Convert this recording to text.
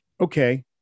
okay